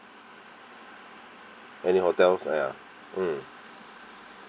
any hotels ah ya mm